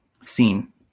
seen